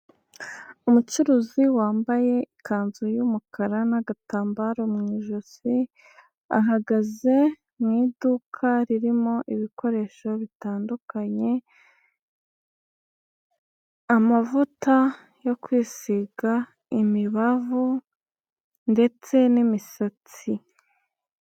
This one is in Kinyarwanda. Umucuruzi wambaye ikanzu y'umukara n'agatambaro mu ijosi ahagaze mu iduka ririmo ibikoresho bitandukanye amavuta yo kwisiga, imibavu ndetse n'imisatsi.